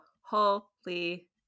holy